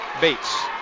Bates